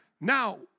Now